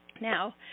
Now